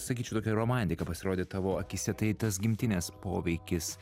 sakyčiau tokia romantika pasirodė tavo akyse tai tas gimtinės poveikis